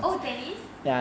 oh tennis